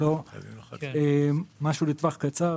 לא משהו לטווח קצר,